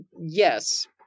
Yes